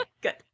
good